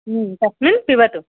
तस्मिन् पिबतु